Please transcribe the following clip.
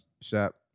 shop